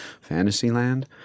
Fantasyland